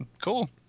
cool